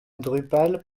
drupal